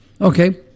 Okay